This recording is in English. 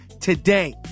today